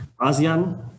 ASEAN